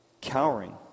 cowering